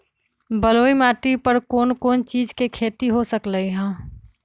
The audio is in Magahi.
बलुई माटी पर कोन कोन चीज के खेती हो सकलई ह?